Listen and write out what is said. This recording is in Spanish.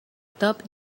top